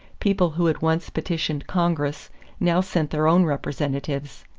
people who had once petitioned congress now sent their own representatives.